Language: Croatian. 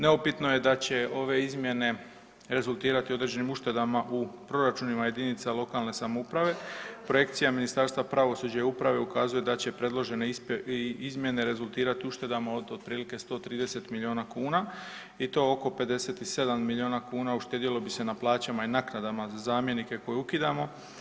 Neupitno je da će ove izmjene rezultirati određenim uštedama u proračunima jedinica lokalne samouprave, projekcija Ministarstva pravosuđa i uprave ukazuje da će predložene izmjene rezultirati uštedama od otprilike 130 milijuna kuna i to oko 57 milijuna kuna uštedjelo bi se na plaćama i naknadama za zamjenike koje ukidamo.